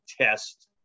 test